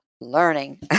learning